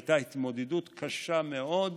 הייתה התמודדות קשה מאוד,